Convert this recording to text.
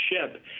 ship